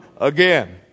again